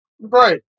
Right